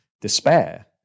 despair